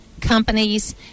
companies